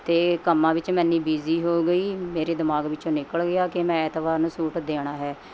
ਅਤੇ ਕੰਮਾਂ ਵਿੱਚ ਮੈਂ ਐਨੀ ਬਿਜ਼ੀ ਹੋ ਗਈ ਮੇਰੇ ਦਿਮਾਗ ਵਿੱਚੋਂ ਨਿਕਲ ਗਿਆ ਕਿ ਮੈਂ ਐਤਵਾਰ ਨੂੰ ਸੂਟ ਦੇਣਾ ਹੈ